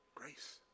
Grace